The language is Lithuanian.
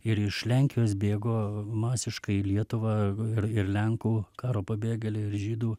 ir iš lenkijos bėgo masiškai į lietuvą ir ir lenkų karo pabėgėliai ir žydų